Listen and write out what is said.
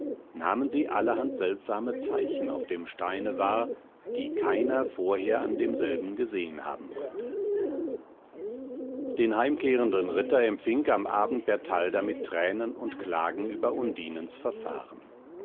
nahmen sie allerhand seltsame zeichen auf dem steine wahr die keiner vorher an demselben gesehn haben wollte den heimkehrenden ritter empfing am abend bertalda mit tränen und klagen über undinens verfahren